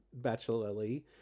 bachelorly